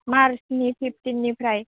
मार्चनि फिफ्थिननिफ्राय